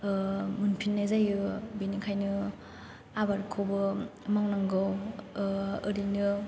ओह मोनफिनाय जायो बिनिखायनो आबादखौबो मावनांगौ ओह ओरैनो